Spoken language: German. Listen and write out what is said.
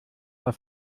auf